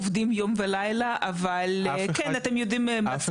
עובדים יום ולילה אבל אתם יודעים,